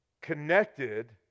Connected